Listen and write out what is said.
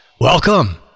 Welcome